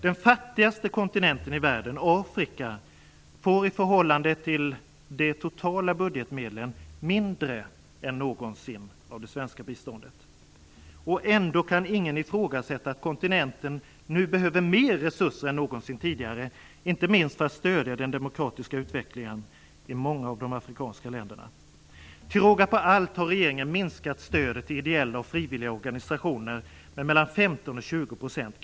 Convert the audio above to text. Den fattigaste kontinenten i världen, Afrika, får i förhållande till de totala budgetmedlen mindre än någonsin av det svenska biståndet. Ändå kan ingen ifrågasätta att kontinenten nu behöver mer resurser än någonsin tidigare, inte minst för att stödja den demokratiska utvecklingen i många av de afrikanska länderna. Till råga på allt har regeringen minskat stödet till ideella och frivilliga organisationer med 15-20 %.